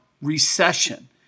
recession